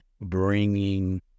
Bringing